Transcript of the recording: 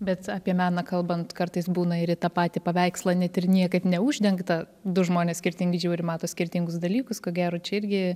bet apie meną kalbant kartais būna ir į tą patį paveikslą net ir niekaip neuždengtą du žmonės skirtingai žiūri mato skirtingus dalykus ko gero čia irgi